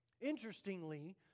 interestingly